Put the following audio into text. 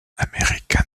american